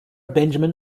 benjamin